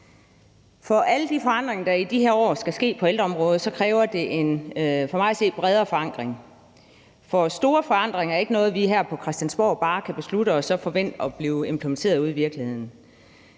for alle de forandringer, der i de her år skal ske på ældreområdet, kræver for mig at se en bredere forankring. Store forandringer er ikke noget, vi her på Christiansborg bare kan beslutte og så forvente bliver implementeret ude i virkeligheden.